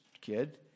kid